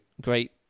great